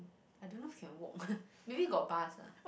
I don't know if can walk maybe got bus ah